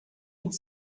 would